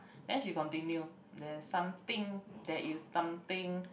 then she continue there is something there is something